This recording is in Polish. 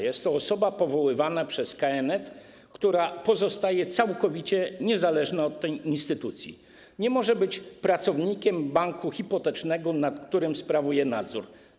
Jest to osoba powoływana przez KNF, która pozostaje całkowicie niezależna od tej instytucji, nie może być pracownikiem banku hipotecznego, nad którym sprawuje nadzór.